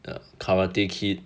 the karate kid